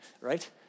right